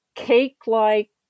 Cake-like